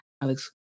Alex